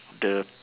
the